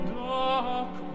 dark